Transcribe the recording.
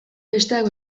besteak